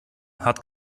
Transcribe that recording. hat